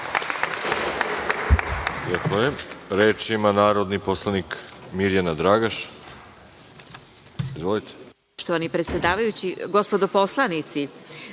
Zahvaljujem. Reč ima narodni poslanik Mirjana Dragaš. Izvolite.